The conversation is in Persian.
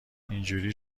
اینجوری